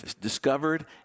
discovered